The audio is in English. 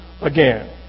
again